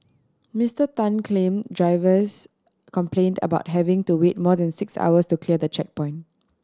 Mister Tan claim drivers complained about having to wait more than six hours to clear the checkpoint